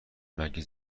مگه